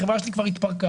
החברה שלי כבר התפרקה.